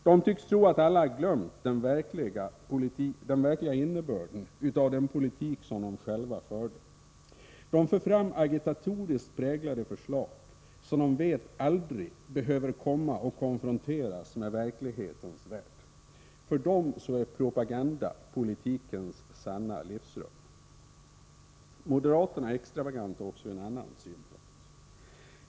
De tycks tro att alla har glömt den verkliga innebörden av den politik de själva förde. De för fram agitatoriskt präglade förslag som de vet aldrig kommer att behöva konfronteras med verkligheten. För dem är propaganda politikens sanna livsrum. Moderaterna är extravaganta också från en annan synpunkt.